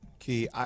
Key